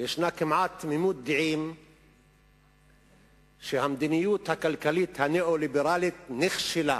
יש כמעט תמימות דעים שהמדיניות הכלכלית הניאו-ליברלית נכשלה,